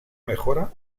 mejora